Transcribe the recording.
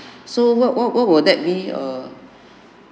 so what what what will that be err